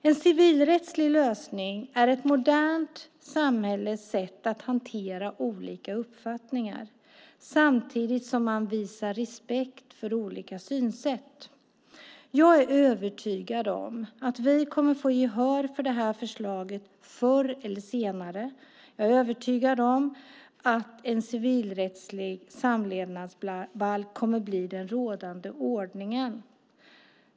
En civilrättslig lösning är ett modernt samhälles sätt att hantera olika uppfattningar samtidigt som man visar respekt för olika synsätt. Jag är övertygad om att vi kommer att få gehör för det här förslaget förr eller senare. Jag är övertygad om att en civilrättslig samlevnadsbalk kommer att bli den rådande ordningen.